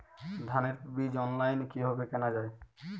ধানের বীজ অনলাইনে কিভাবে কেনা যায়?